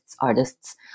artists